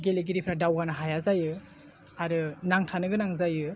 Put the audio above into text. गेलेगिरिफ्रा दावगानो हाया जायो आरो नांथानो गोनां जायो